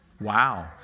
Wow